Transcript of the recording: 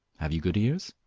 have you good ears?